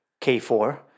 K4